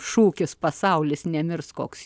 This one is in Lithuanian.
šūkis pasaulis nemirs koks